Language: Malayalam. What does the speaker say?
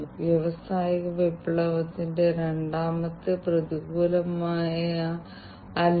കുറച്ച് വാതകങ്ങളെ കണ്ടെത്താൻ കഴിയുന്ന ഒരു ഗ്യാസ് സെൻസറാണിത്